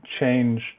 changed